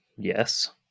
yes